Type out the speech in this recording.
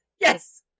Yes